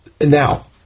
Now